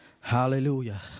Hallelujah